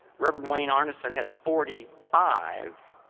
reverend wayne arbison has forty five.